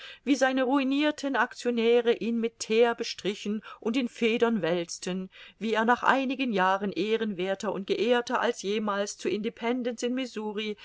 wie seine ruinirten actionäre ihn mit theer bestrichen und in federn wälzten wie er nach einigen jahren ehrenwerther und geehrter als jemals zu independance in